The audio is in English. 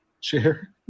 chair